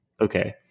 Okay